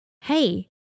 hey